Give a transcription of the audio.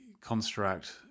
construct